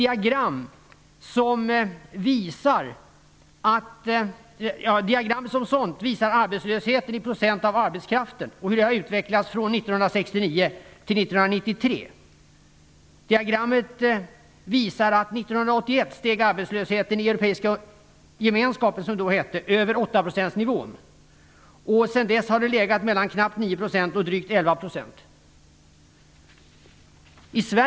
Diagrammet visar arbetslösheten i procent av arbetskraften och hur den har utvecklats från 1969 till 1981 steg arbetslösheten i Europeiska gemenskapen över 8-procentsnivån, och sedan dess har den legat mellan knappt 9 och drygt 11 %.